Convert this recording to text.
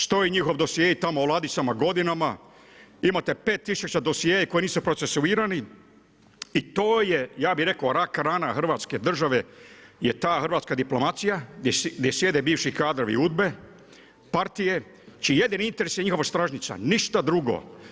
Stoje njihovi dosjei tamo u ladicama godinama, imate 5 tisuća dosjea koji nisu procesuirani i to je ja bi rekao, rak rana hrvatske države je ta hrvatska diplomacija, gdje sjede bivši kadrovi UDBA-e, partije, čiji jedini interes je njihova stražnjica, ništa drugo.